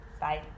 Bye